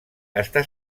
està